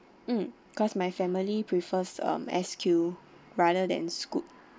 mm because my family prefers um S Q rather than Scoot